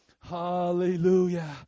Hallelujah